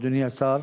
אדוני השר.